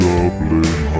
Dublin